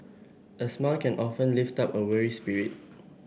a smile can often lift up a weary spirit